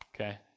okay